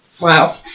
Wow